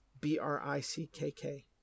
B-R-I-C-K-K